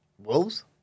Wolves